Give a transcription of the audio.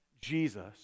Jesus